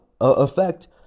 effect